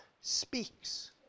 speaks